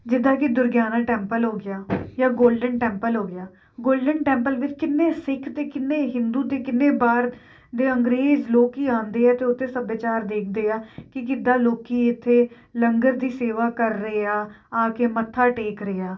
ਜਿੱਦਾਂ ਕੀ ਦੁਰਗਿਆਣਾ ਟੈਂਪਲ ਹੋ ਗਿਆ ਜਾਂ ਗੋਲਡਨ ਟੈਂਪਲ ਹੋ ਗਿਆ ਗੋਲਡਨ ਟੈਂਪਲ ਵਿੱਚ ਕਿੰਨੇ ਸਿੱਖ ਅਤੇ ਕਿੰਨੇ ਹਿੰਦੂ ਅਤੇ ਕਿੰਨੇ ਬਾਹਰ ਦੇ ਅੰਗਰੇਜ਼ ਲੋਕ ਆਉਂਦੇ ਆ ਅਤੇ ਉੱਥੇ ਸੱਭਿਆਚਾਰ ਦੇਖਦੇ ਆ ਕਿ ਕਿੱਦਾਂ ਲੋਕ ਇੱਥੇ ਲੰਗਰ ਦੀ ਸੇਵਾ ਕਰ ਰਹੇ ਆ ਆ ਕੇ ਮੱਥਾ ਟੇਕ ਰਿਹਾ